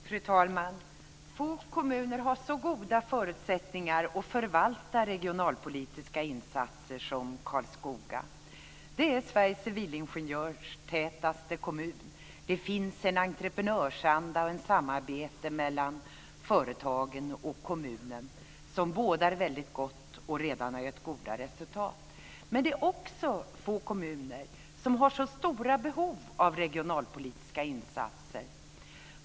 Fru talman! Få kommuner har så goda förutsättningar att förvalta regionalpolitiska insatser som Karlskoga. Det är Sveriges civilingenjörstätaste kommun. Det finns en entreprenörsanda och ett samarbete mellan företagen och kommunen som bådar väldigt gott och som redan har givit goda resultat. Men det är också få kommuner som har så stora behov av regionalpolitiska insatser.